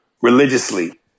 religiously